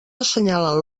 assenyalen